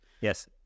Yes